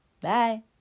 bye